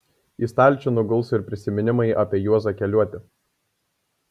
į stalčių nuguls ir prisiminimai apie juozą keliuotį